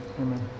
Amen